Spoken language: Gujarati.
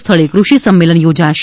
સ્થળે કૃષિ સંમેલન યોજાશે